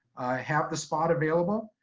have the spot available.